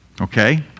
Okay